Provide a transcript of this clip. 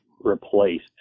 replaced